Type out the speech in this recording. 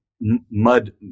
mud